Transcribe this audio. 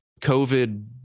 covid